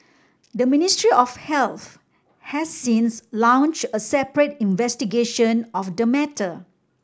the Ministry of Health has since launch a separate investigation of the matter